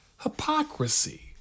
hypocrisy